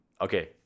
Okay